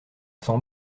sent